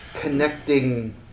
connecting